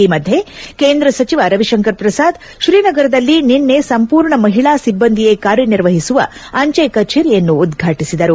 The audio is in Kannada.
ಈ ಮಧ್ಯೆ ಕೇಂದ್ರ ಸಚಿವ ರವಿಶಂಕರ ಪ್ರಸಾದ್ ಶ್ರೀನಗರದಲ್ಲಿ ನಿನ್ನೆ ಸಂಪೂರ್ಣ ಮಹಿಳಾ ಸಿಬ್ಬ ಂದಿಯೇ ಕಾರ್ಯನಿರ್ವಹಿಸುವ ಅಂಚೆ ಕಚೇರಿಯನ್ನು ಉದ್ಘಾಟಿಸಿದರು